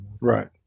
right